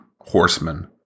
horsemen